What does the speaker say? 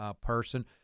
person